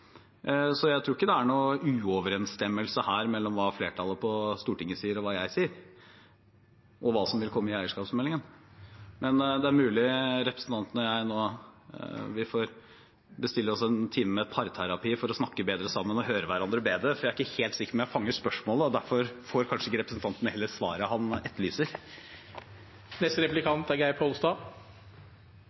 så jeg tror ikke det er noen uoverensstemmelse mellom hva flertallet på Stortinget sier, hva jeg sier, og hva som vil komme i eierskapsmeldingen. Men det er mulig representanten og jeg får bestille oss en time med parterapi for å snakke bedre sammen og høre hverandre bedre, for jeg er ikke helt sikker på om jeg fanger spørsmålet, og derfor får kanskje heller ikke representanten det svaret han etterlyser.